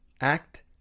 act